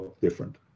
different